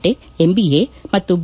tech MBA ಮತ್ತು B